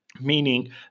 meaning